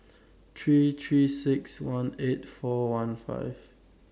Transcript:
three three six one eight four one five